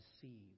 deceived